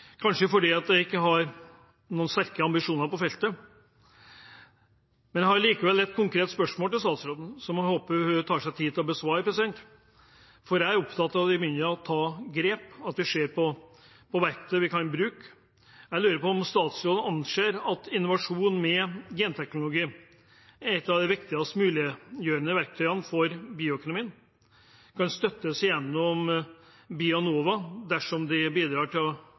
kanskje fordi en ikke har noen sterke ambisjoner på feltet. Men jeg har likevel et konkret til statsråden, som jeg håper hun tar seg tid til å besvare. For jeg er opptatt av å ta grep, og at vi ser på verktøy vi kan bruke. Jeg lurer på om statsråden anser at innovasjon med genteknologi, et av de viktigste muliggjørende verktøyene for bioøkonomien, kan støttes gjennom Bionova, dersom en kan gjøre det i forhold til fondets formål. Det kan være interessant å